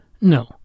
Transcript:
no